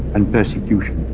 and persecution